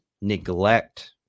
neglect